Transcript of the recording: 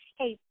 hey